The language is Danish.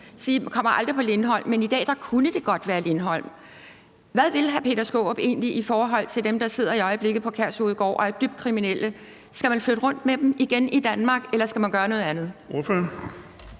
sagde, at det aldrig ville blive Lindholm – men i dag kunne det godt være Lindholm. Hvad vil hr. Peter Skaarup egentlig i forhold til dem, der i øjeblikket sidder på Kærshovedgård og er dybt kriminelle? Skal man flytte rundt på dem igen i Danmark, eller skal man gøre noget andet?